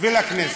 ולכנסת.